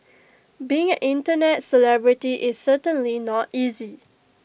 being Internet celebrity is certainly not easy